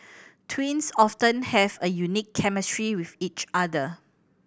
twins have a unique chemistry with each other